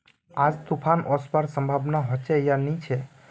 आज तूफ़ान ओसवार संभावना होचे या नी छे?